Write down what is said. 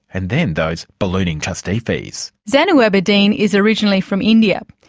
and then those ballooning trustee fees. zanu aberdeen is originally from india.